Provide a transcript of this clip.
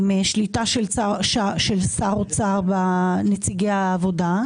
עם שליטה של שר אוצר בנציגי העבודה,